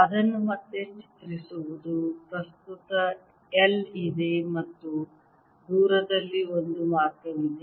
ಅದನ್ನು ಮತ್ತೆ ಚಿತ್ರಿಸುವುದು ಪ್ರಸ್ತುತ I ಇದೆ ಮತ್ತು ದೂರದಲ್ಲಿ ಒಂದು ಮಾರ್ಗವಿದೆ